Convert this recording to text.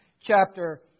chapter